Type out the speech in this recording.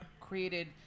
created